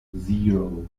zero